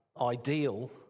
ideal